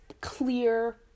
clear